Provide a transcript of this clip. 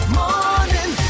morning